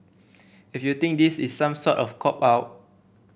if you think this is some sort of cop out